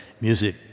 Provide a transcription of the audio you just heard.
music